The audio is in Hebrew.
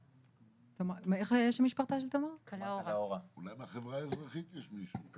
אולי מהחברה האזרחית יש מישהו?